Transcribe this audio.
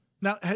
Now